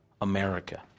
America